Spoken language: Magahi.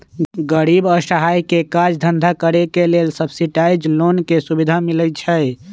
गरीब असहाय के काज धन्धा करेके लेल सब्सिडाइज लोन के सुभिधा मिलइ छइ